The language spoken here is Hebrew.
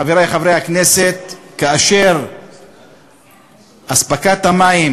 חברי חברי הכנסת, כאשר אספקת המים